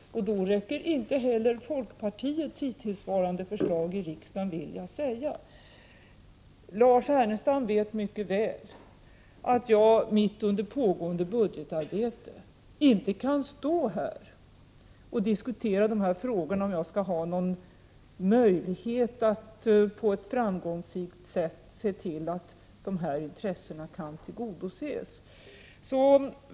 Då räcker inte heller folkpartiets hittillsvarande förslag i riksdagen till. Lars Ernestam vet mycket väl att jag mitt under pågående budgetarbete inte kan stå här och diskutera dessa frågor, om jag skall ha någon möjlighet att på ett framgångsrikt sätt se till att dessa intressen tillgodoses.